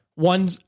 One